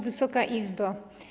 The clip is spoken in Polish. Wysoka Izbo!